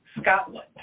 Scotland